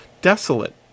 desolate